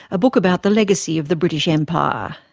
a book about the legacy of the british empire.